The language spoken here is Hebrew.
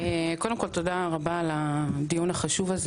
קודם כול, תודה רבה על הדיון החשוב הזה.